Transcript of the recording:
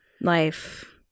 Life